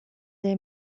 they